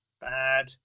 bad